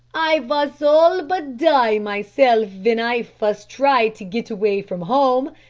i vas all but die myself ven i fust try to git away from hom'.